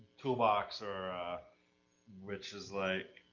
toolbox or a which is like,